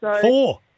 Four